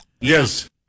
Yes